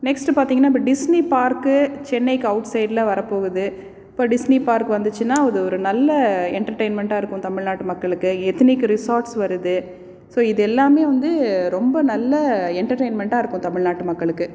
next பார்த்திங்கன்னா இப்போ Disney park சென்னைக்கு அவுட்சைடில் வர போகுது இப்போ டிஸ்னி பார்க்கு வந்துச்சுன்னா அது ஒரு நல்ல என்டர்டெயின்மெண்ட்டாக இருக்கும் தமிழ்நாட்டு மக்களுக்கு எத்தினிக் ரிசார்ட்ஸ் வருது ஸோ இது எல்லாம் வந்து ரொம்ப நல்ல என்டர்டெயின்மெண்ட்டாக இருக்கும் தமிழ்நாட்டு மக்களுக்கு